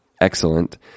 excellent